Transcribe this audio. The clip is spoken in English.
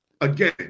Again